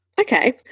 Okay